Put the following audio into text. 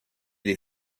les